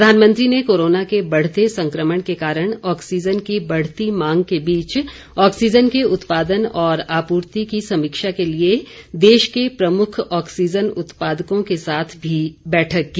प्रधानमंत्री ने कोरोना के बढ़ते संक्रमण के कारण ऑक्सीजन की बढ़ती मांग के बीच ऑक्सीजन के उत्पादन और आपूर्ति की समीक्षा के लिए देश के प्रमुख ऑक्सीजन उत्पादकों के साथ भी बैठक की